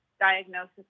diagnosis